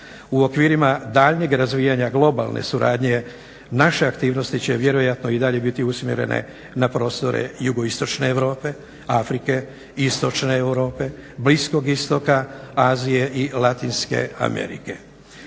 u okvirima daljnjeg razvijanja globalne suradnje naše aktivnosti će vjerojatno i dalje biti usmjerene na prostore Jugoistočne Europe, Afrike, Istočne Europe, Bliskog Istoka, Azije i Latinske Amerike.